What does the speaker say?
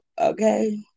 okay